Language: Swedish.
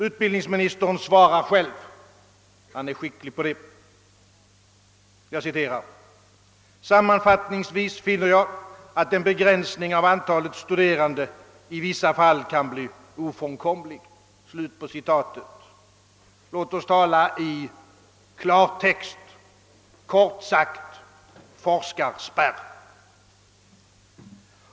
Utbildningsministern svarar själv — han är skicklig på detta: »Sammanfattningsvis finner jag att en begränsning av antalet studerande i vissa fall kan bli ofrånkomlig.» Låt oss tala i klartext! Kort sagt: forskarspärr!